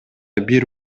бир